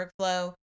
workflow